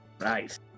Nice